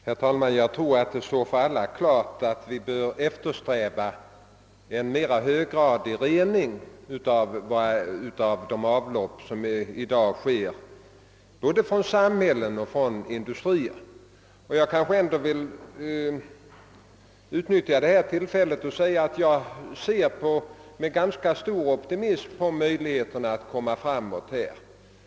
Herr talman! Jag tror att det står klart för alla att både samhället och industrin bör eftersträva en mera höggradig rening av avloppen än som i dag sker. Jag vill utnyttja detta tillfälle till att säga att jag ser ganska optimistiskt på möjligheten att göra framsteg.